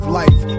life